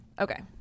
okay